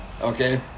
okay